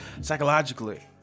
psychologically